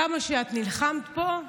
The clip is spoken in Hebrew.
כמה שאת נלחמת פה,